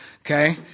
Okay